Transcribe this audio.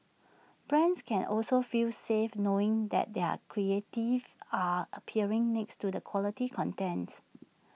brands can also feel safe knowing that their creatives are appearing next to the quality contents